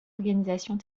organisations